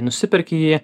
nusiperki jį